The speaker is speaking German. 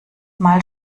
mal